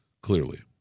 clearly